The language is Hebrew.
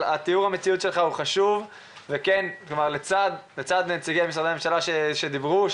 תיאור המציאות שלך חשוב לצד נציגי הממשלה שדברו,